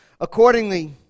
Accordingly